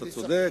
אתה צודק,